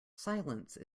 silence